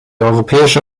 europäische